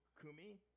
Kumi